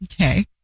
Okay